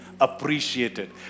appreciated